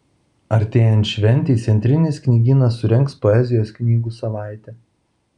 artėjant šventei centrinis knygynas surengs poezijos knygų savaitę